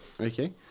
Okay